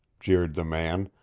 jeered the man.